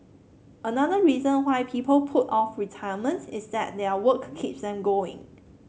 another reason why people put off retirement is that their work keeps them going